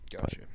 Gotcha